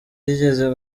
yigeze